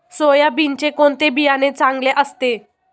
सोयाबीनचे कोणते बियाणे चांगले असते?